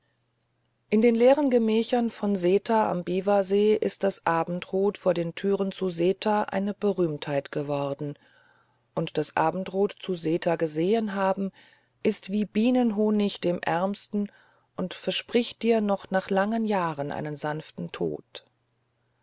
in den leeren gemächern von seta am biwasee ist das abendrot vor den türen zu seta eine berühmtheit geworden und das abendrot von seta gesehen haben ist wie bienenhonig dem ärmsten und verspricht dir noch nach langen jahren einen sanften tod